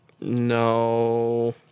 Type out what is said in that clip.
No